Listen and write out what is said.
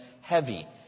heavy